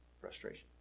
Frustration